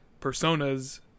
personas